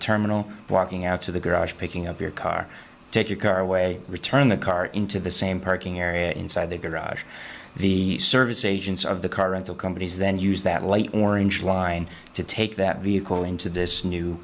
terminal walking out to the garage picking up your car take your car away return the car into the same parking area inside the garage the service agents of the car rental companies then use that light orange line to take that vehicle into this new